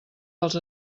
dels